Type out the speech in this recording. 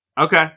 Okay